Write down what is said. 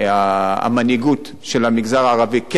כן לשתף פעולה עם הרווחה.